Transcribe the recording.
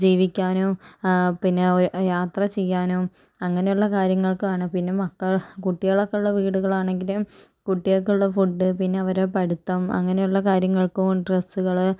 ജീവിക്കാനോ പിന്നെ ഒ യാത്ര ചെയ്യാനും അങ്ങനെ ഉള്ള കാര്യങ്ങൾക്കാണ് പിന്നെ മക്ക കുട്ടികളൊക്കെ ഉള്ള വീടുകളാണെങ്കിൽ കുട്ടികൾക്കുള്ള ഫുഡ് പിന്നെ അവരുടെ പഠിത്തം അങ്ങനെയുള്ള കാര്യങ്ങൾക്കു വേ ഡ്രസ്സുകൾ